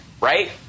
right